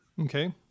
okay